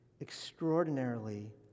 extraordinarily